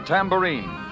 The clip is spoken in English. Tambourine